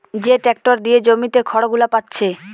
যে ট্যাক্টর দিয়ে জমিতে খড়গুলো পাচ্ছে